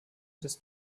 des